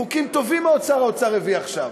חוקים טובים שר האוצר הביא עכשיו.